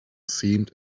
seemed